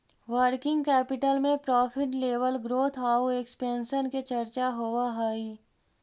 working capital में profit level growth आउ expansion के चर्चा होवऽ हई